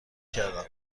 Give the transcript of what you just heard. کردم